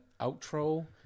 outro